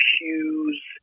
Hughes